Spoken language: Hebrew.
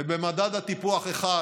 במדד הטיפוח 1,